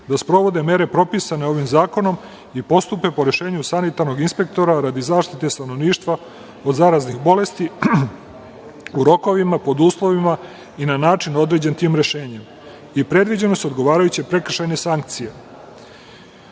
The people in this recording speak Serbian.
da sprovode mere propisane ovim zakonima i postupe po rešenju sanitarnog inspektora radi zaštite stanovništva od zaraznih bolesti u rokovima, pod uslovima i na način određen tim rešenjem i predviđene su odgovarajuće prekršajne sankcije.